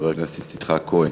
חבר הכנסת יצחק כהן.